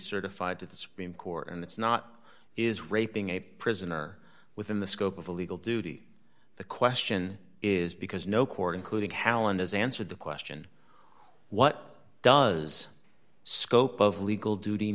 certified to the supreme court and it's not is raping a prisoner within the scope of a legal duty the question is because no court including callen has answered the question what does scope of legal duty